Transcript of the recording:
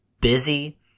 busy